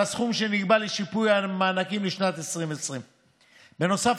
על הסכום שנקבע לשיפוי על המענקים לשנת 2020. בנוסף,